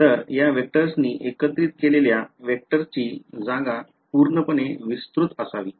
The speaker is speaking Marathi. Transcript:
तर या वेक्टर्सनी एकत्रित केल्याने वेक्टरची जागा पूर्णपणे विस्तृत असावी